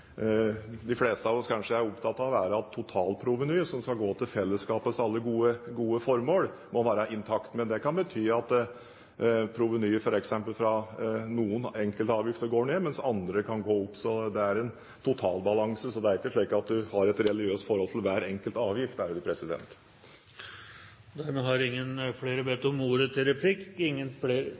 de fleste av oss kanskje er opptatt av, er at totalprovenyet som skal gå til fellesskapets alle gode formål, må være intakt. Det kan bety at provenyer fra noen enkeltavgifter går ned mens andre kan gå opp. Så det er en totalbalanse. Det er ikke slik at vi har et religiøst forhold til hver enkelt avgift. Det er